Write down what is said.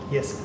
Yes